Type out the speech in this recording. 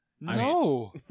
No